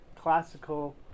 classical